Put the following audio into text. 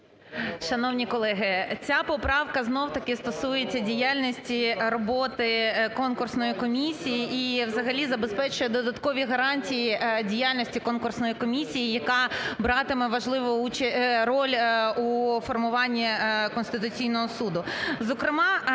Шановні колеги, ця поправка знову-таки стосується діяльності роботи конкурсної комісії і взагалі забезпечує додаткові гарантії діяльності конкурсної комісії, яка братиме важливу участь… роль у формуванні Конституційного Суду.